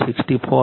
64 j 0